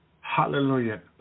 Hallelujah